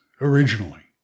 originally